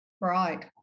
Right